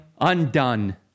undone